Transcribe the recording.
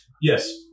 Yes